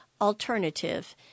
alternative